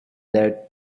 that